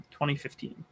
2015